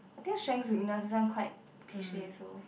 I think strengths weakness this one quite cliche so